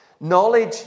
Knowledge